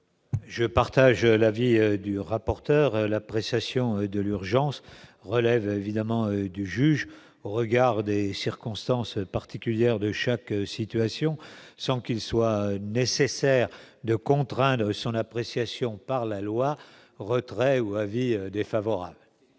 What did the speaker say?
Je partage l'avis du rapporteur, l'appréciation de l'urgence relève évidemment du juge au regard des circonstances particulières de chaque situation sans qu'il soit nécessaire de contraindre son appréciation par la loi, retraits ou un avis défavorable.